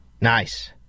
Nice